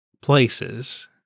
places